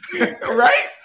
Right